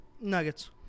Nuggets